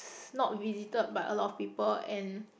not visited by a lot of people and